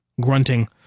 grunting